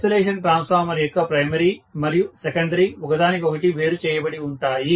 isolation transformer యొక్క primary మరియు secondary ఒకదానికొకటి వేరు చేయబడి ఉంటాయి